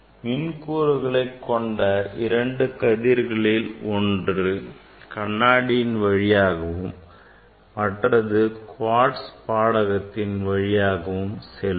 மின் கூறுகளைக் கொண்ட இரண்டு கதிர்களில் ஒன்று கண்ணாடியின் வழியாகவும் மற்றது குவாட்ஸ் படகத்தின் வழியாகவும் செல்லும்